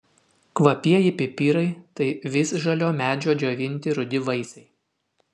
kvapieji pipirai tai visžalio medžio džiovinti rudi vaisiai